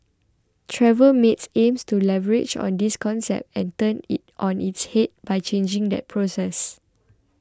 Traveller Mates aims to leverage on this concept and turn it on its head by changing that process